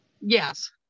Yes